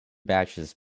batches